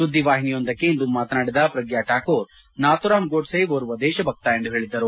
ಸುದ್ದಿವಾಹಿನಿಯೊಂದಿಗೆ ಇಂದು ಮಾತನಾಡಿದ ಪ್ರಗ್ಡಾ ಕಾಕೂರ್ ನಾಥೂರಾಮ್ ಗೂಡ್ಡೆ ಓರ್ವ ದೇಶಭಕ್ತ ಎಂದು ಹೇಳಿದ್ದರು